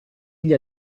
gli